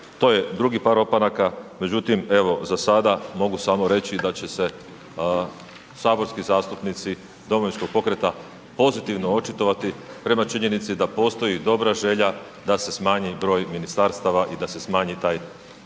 to je drugi par opanaka, međutim evo za sada mogu samo reći da će se saborski zastupnici Domovinskog pokreta pozitivno očitovati prema činjenici da postoji dobra želja da se smanji broj ministarstava i da se smanji taj